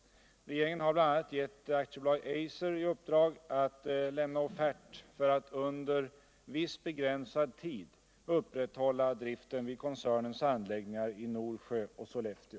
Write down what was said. Regeringen har bl.a. gett AB Fiscer i uppdrag att lämna offert för att under viss begränsad tid upprätthålla driften vid koncernens anläggningar i Norsjö och Sollefteå.